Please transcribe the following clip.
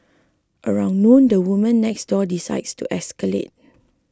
around noon the woman next door decides to escalate